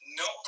no